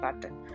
button